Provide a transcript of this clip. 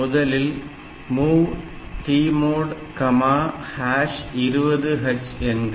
முதலில் MOV TMOD20H என்க